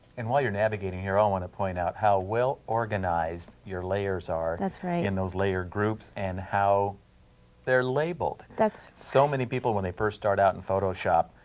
and while you're navigating here, i want to point out how well organized your layers are that's right. in and those layered groups and how they're labeled. that's so many people when they first start out in photoshop,